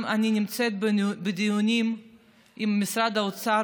אני גם נמצאת בדיונים עם משרד האוצר,